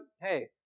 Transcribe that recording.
Hey